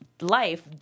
life